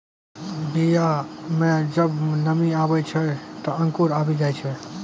बीया म जब नमी आवै छै, त अंकुर आवि जाय छै